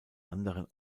anderen